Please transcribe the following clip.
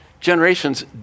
generations